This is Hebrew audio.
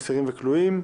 אסירים וכלואים)